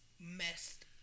messed